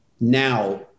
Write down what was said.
now